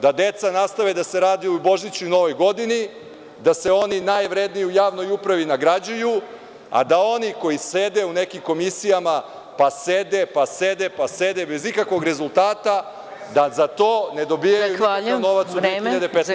Da deca nastave da se raduju Božiću i Novoj Godini, da se oni najvredniji u javnoj upravi nagrađuju, a da oni koji sede u nekim komisijama, pa sede, sede, bez ikakvog rezultata, da za to ne dobijaju nikakav novac u 2015. godini.